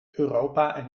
europa